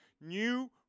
New